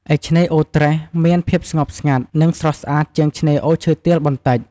ឯ ឆ្នេរអូត្រេស មានភាពស្ងប់ស្ងាត់ និងស្រស់ស្អាតជាងឆ្នេរអូរឈើទាល បន្តិច។